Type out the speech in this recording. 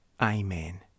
Amen